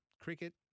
cricket